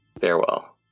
Farewell